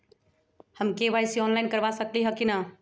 हम KYC online करवा सकली ह कि न?